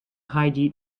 heidi